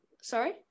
Sorry